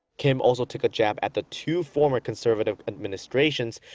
kim also took a jab at the two former conservative administrations,